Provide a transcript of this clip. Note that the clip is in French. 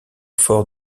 fort